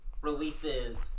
releases